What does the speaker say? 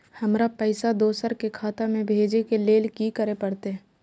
हमरा पैसा दोसर के खाता में भेजे के लेल की करे परते?